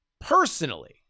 Personally